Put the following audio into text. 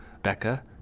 Becca